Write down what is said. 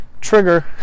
Trigger